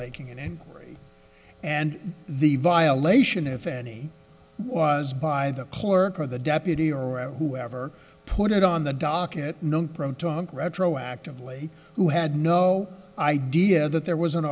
making angry and the violation if any was by the clerk or the deputy or whoever put it on the docket no protonic retroactively who had no idea that there was an